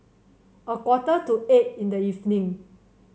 a quarter to eight in the evening